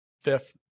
fifth